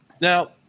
Now